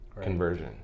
conversion